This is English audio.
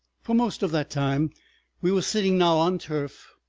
for most of that time we were sitting now on turf,